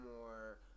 more